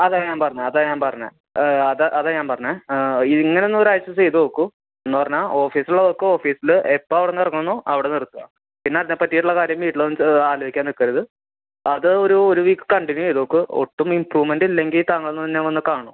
അതാണ് ഞാൻ പറഞ്ഞത് അതാണ് ഞാൻ പറഞ്ഞത് അതാണ് അതാണ് ഞാൻ പറഞ്ഞത് ഇതിങ്ങനെയൊന്ന് ഒരാഴ്ച്ച ചെയ്തു നോക്കൂ എന്നു പറഞ്ഞാൽ ഓഫീസിലെ വേക്ക് ഓഫീസിൽ എപ്പം അവിടെ നിന്നിറങ്ങുന്നോ അവിടെ നിർത്തുക പിന്നെ അതിനെപ്പറ്റിയിട്ടുള്ള കാര്യം വീട്ടിൽ വന്ന് ആലോചിക്കാൻ നിൽക്കരുത് അത് ഒരു ഒരു വീക്ക് കണ്ടിന്യൂ ചെയ്തു നോക്ക് ഒട്ടും ഇമ്പ്രൂവ്മെൻ്റ് ഇല്ലെങ്കിൽ താങ്കളൊന്ന് എന്നെ വന്ന് കാണു